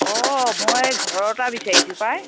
অঁ মই ঘৰ এটা বিচাৰিছোঁ পায়